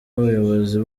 ubuyobozi